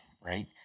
right